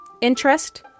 interest